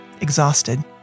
exhausted